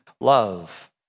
love